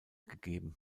gegeben